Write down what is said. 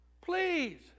please